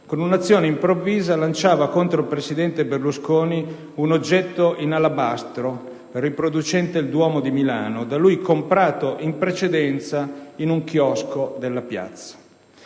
con un'azione improvvisa lanciava contro il presidente Berlusconi un oggetto in alabastro riproducente il Duomo di Milano, da lui comprato in precedenza in un chiosco della piazza.